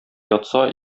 ятса